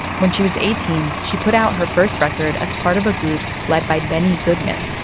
when she was eighteen, she put out her first record as part of a group led by benny goodman,